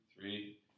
Three